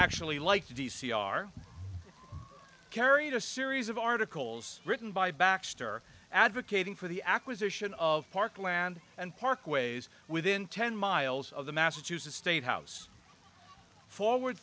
actually like d c are carried a series of articles written by baxter advocating for the acquisition of parkland and parkways within ten miles of the massachusetts state house forward